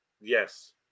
Yes